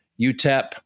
UTEP